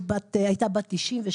היא הייתה בת 92,